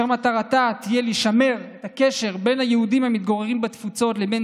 אשר מטרתה תהיה לשמר את הקשר בין היהודים המתגוררים בתפוצות לבין